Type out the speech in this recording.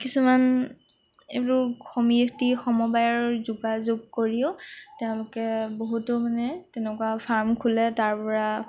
কিছুমান এইবোৰ সমিতি সমবায়ৰ যোগাযোগ কৰিও তেওঁলোকে বহুতো মানে তেনেকুৱা ফাৰ্ম খোলে তাৰ পৰা